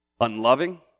unloving